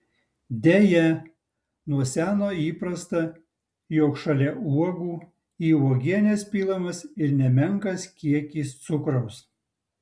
deja nuo seno įprasta jog šalia uogų į uogienes pilamas ir nemenkas kiekis cukraus